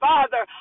Father